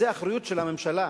זו אחריות של הממשלה.